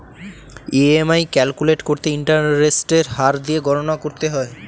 EMI calculate করতে ইন্টারেস্টের হার দিয়ে গণনা করতে হয়